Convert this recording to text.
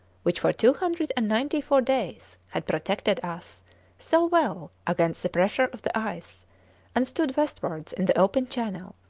which for two hundred and ninety-four days had protected us so well against the pressure of the ice and stood westwards in the open channel,